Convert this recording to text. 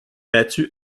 battu